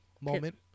moment